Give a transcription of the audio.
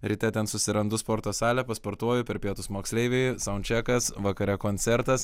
ryte ten susirandu sporto salę pasportuoju per pietus moksleiviai saundčekas vakare koncertas